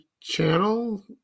channel